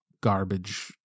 garbage